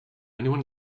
anyone